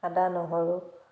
আদা নহৰু